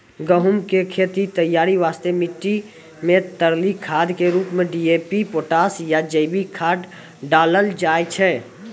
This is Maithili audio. गहूम के खेत तैयारी वास्ते मिट्टी मे तरली खाद के रूप मे डी.ए.पी पोटास या जैविक खाद डालल जाय छै